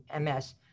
MS